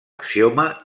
axioma